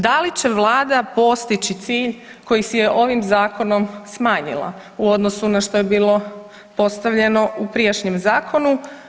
Da li će vlada postići cilj koji si je ovim zakonom smanjila u odnosu na što je bilo postavljeno u prijašnjem zakonu?